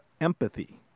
empathy